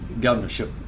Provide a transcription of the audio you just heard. governorship